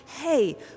Hey